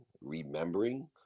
remembering